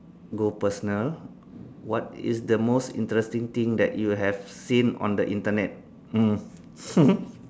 go personal what is the most interesting thing that you have seen on the Internet mm